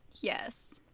Yes